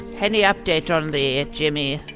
any update on the jimmy.